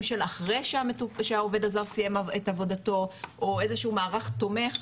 של אחרי שהעובד הזר סיים את עבודתו או איזה שהוא מערך תומך